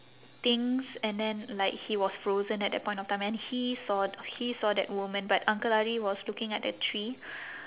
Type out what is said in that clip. things and then like he was frozen at that point of time and he saw he saw that woman but uncle ari was looking at that tree